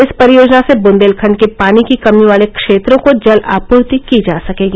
इस परियोजना से बुंदेलखंड के पानी की कमी वाले क्षेत्रों को जल आपूर्ति की जा सकेगी